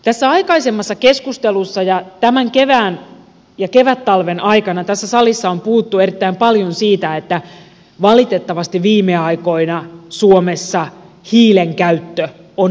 tässä aikaisemmassa keskustelussa ja tämän kevään ja kevättalven aikana tässä salissa on puhuttu erittäin paljon siitä että valitettavasti viime aikoina suomessa hiilen käyttö on lisääntynyt